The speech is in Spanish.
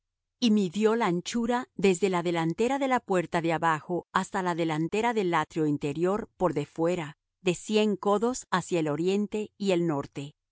y midió la anchura desde la delantera de la puerta de abajo hasta la delantera del atrio interior por de fuera de cien codos hacia el oriente y el norte